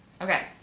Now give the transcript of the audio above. okay